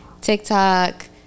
TikTok –